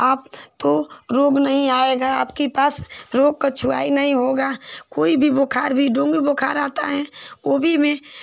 आप तो रोग नहीं आएगा आपके पास रोग की छुआई नहीं होगी कोई भी बुख़ार भी डेन्गू बुख़ार भी आता है वह भी में